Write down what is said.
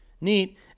Neat